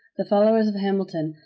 the followers of hamilton,